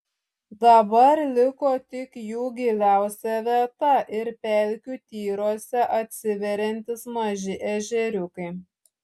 dabar liko tik jų giliausia vieta ir pelkių tyruose atsiveriantys maži ežeriukai